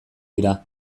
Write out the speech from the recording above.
dira